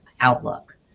outlook